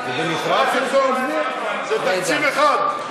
זה תקציב אחד.